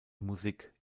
musik